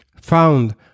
found